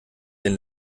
den